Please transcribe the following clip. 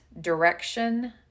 Direction